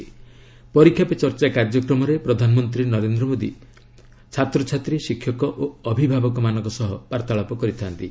'ପରୀକ୍ଷା ପେ ଚର୍ଚ୍ଚା' କାର୍ଯ୍ୟକ୍ରମରେ ପ୍ରଧାନମନ୍ତ୍ରୀ ନରେନ୍ଦ୍ର ମୋଦୀ ଛାତ୍ରଛାତ୍ରୀ ଶିକ୍ଷକ ଓ ଅବିଭାବକ ମାନଙ୍କ ସହ ବାର୍ତ୍ତାଳାପ କରିଥାନ୍ତି